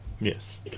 Yes